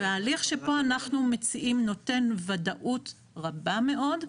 וההליך שפה אנחנו מציעים נותן ודאות רבה מאוד.